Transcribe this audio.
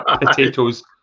potatoes